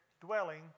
dwelling